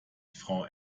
frau